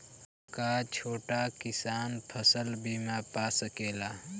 हा छोटा किसान फसल बीमा पा सकेला?